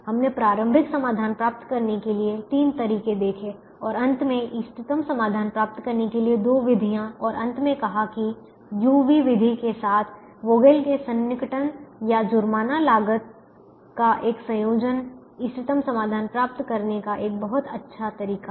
हमने प्रारंभिक समाधान प्राप्त करने के लिए तीन तरीके देखे और अंत में इष्टतम समाधान प्राप्त करने के लिए दो विधियां और अंत में कहा कि u v विधि के साथ वोगेल के सन्निकटन या जुर्माना लागत Vogels approximation or penalty cost का एक संयोजन इष्टतम समाधान प्राप्त करने का एक बहुत अच्छा तरीका है